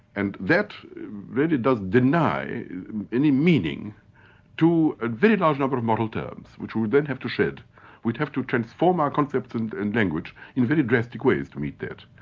and that really does deny any meaning to a very large number of moral terms, which we'd then have shed. we'd have to transform our concepts and and language in very drastic ways to meet that.